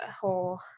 whole